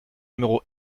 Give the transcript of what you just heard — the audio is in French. numéro